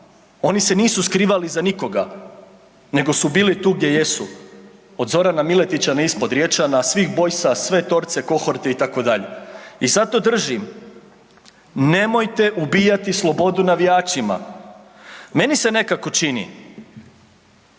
oni se nisu skrivali iza nikoga nego su bili tu gdje jesu, od Zorana Miletića na ispod Riječana, svih boysa, sve Torce, Kohorte itd. i zato držim, nemojte ubijati slobodu navijačima. Meni se nekako čini,